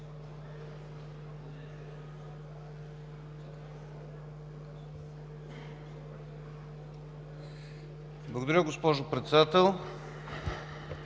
Благодаря, госпожо Председател.